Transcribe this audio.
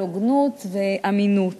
על הוגנות ועל אמינות.